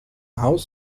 haus